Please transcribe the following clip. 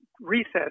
recess